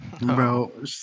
Bro